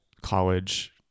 college